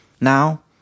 Now